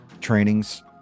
trainings